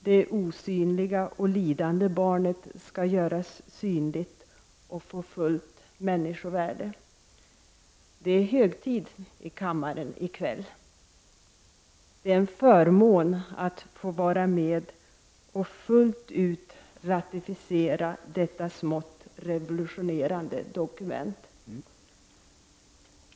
Det osynliga, lidande barnet skall göras synligt och få fullt människovärde. Det är en högtid i kammaren i kväll. Det är en förmån att få vara med och fullt ut ratificera detta smått revolutionerande dokument.